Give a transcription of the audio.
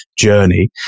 journey